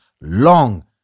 long